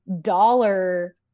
dollar